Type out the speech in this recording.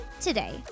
today